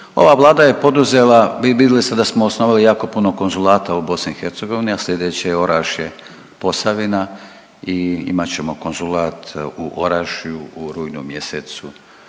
Ova vlada je poduzela, vidli ste da smo osnovali jako puno konzulata u BiH, a slijedeće je Orašnje Posavina i imat ćemo konzulat u Orašju u rujnu mjesecu.